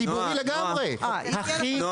ציבורי לגמרי, הכי ציבורי.